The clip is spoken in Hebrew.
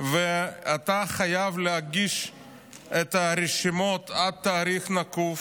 ואתה חייב להגיש את הרשימות עד תאריך נקוב